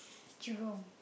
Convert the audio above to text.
Jurong